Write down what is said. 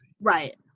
Right